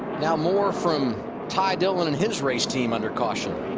now more from ty dillon and his race team under caution.